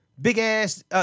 big-ass